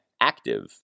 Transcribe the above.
active